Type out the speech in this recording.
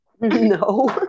No